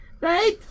right